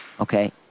Okay